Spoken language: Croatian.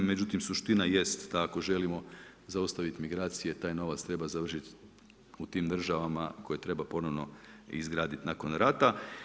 Međutim, suština i jest da ako želimo zaustaviti migracije, taj novac treba završiti u tim državama koje treba ponovno izgraditi nakon rata.